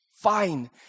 fine